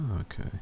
okay